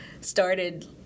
started